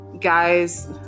guys